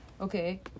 Okay